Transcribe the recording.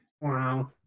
Wow